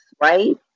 right